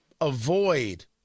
avoid